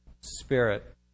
spirit